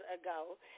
ago